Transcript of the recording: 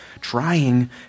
trying